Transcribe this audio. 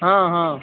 हॅं हॅं